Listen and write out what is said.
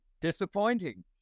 disappointing